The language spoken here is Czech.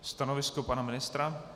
Stanovisko pana ministra?